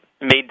made